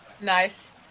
Nice